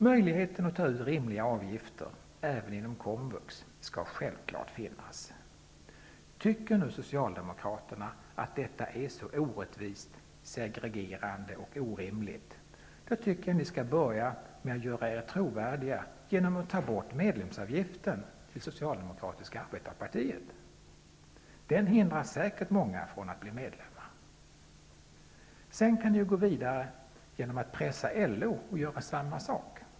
Möjligheten att ta ut rimliga avgifter även inom komvux skall självklart finnas. Om ni i Socialdemokraterna anser att detta är så orättvist, segregerande och orimligt, tycker jag att ni skall börja med att göra er trovärdiga genom att ta bort medlemsavgiften till Socialdemokratiska arbetarepartiet. Den hindrar säkert många att bli medlemmar. Sedan kan ni gå vidare genom att pressa LO att göra samma sak.